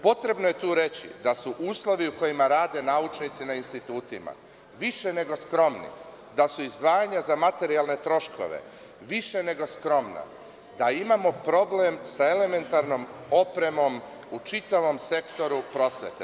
Potrebno je reći da su uslovi u kojima rade naučnici na institutima više nego skromni, da su izdvajanja za materijalne troškove više nego skromna, da imamo problem sa elementarnom opremom u čitavom sektoru prosvete.